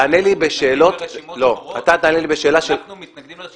אנחנו מתנגדים לרשימות שחורות.